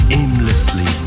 aimlessly